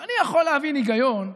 אני יכול להבין היגיון,